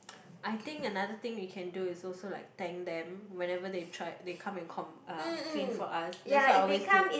I think another thing we can do is also like thank them whenever they try they come and com~ uh clean for us that's what I always do